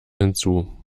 hinzu